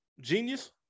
Genius